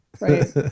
Right